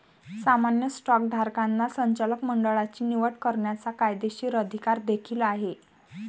सामान्य स्टॉकधारकांना संचालक मंडळाची निवड करण्याचा कायदेशीर अधिकार देखील आहे